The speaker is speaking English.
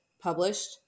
published